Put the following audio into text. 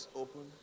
open